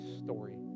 story